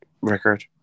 record